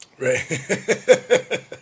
Right